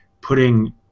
putting